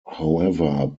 however